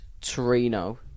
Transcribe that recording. Torino